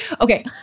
Okay